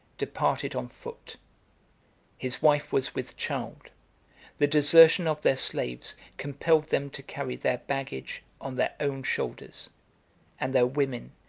departed on foot his wife was with child the desertion of their slaves compelled them to carry their baggage on their own shoulders and their women,